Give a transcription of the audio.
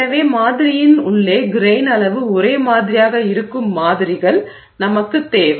எனவே மாதிரியின் உள்ளே கிரெய்ன் அளவு ஒரே மாதிரியாக இருக்கும் மாதிரிகள் நமக்குத் தேவை